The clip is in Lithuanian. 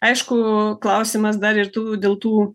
aišku klausimas dar ir tų dėl tų